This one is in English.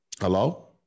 Hello